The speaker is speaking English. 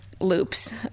Loops